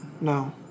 No